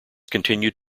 continued